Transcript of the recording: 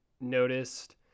noticed